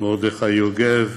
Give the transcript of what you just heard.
מרדכי יוגב,